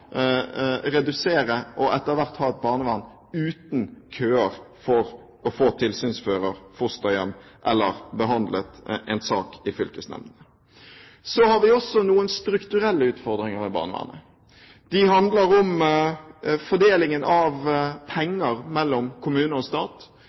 redusere og etter hvert ha et barnevern uten køer for å få tilsynsførere, fosterhjem eller behandlet en sak i fylkesnemndene. Så har vi også noen strukturelle utfordringer i barnevernet. De handler om fordelingen av